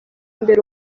imbere